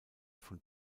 von